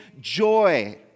joy